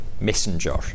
messenger